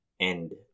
end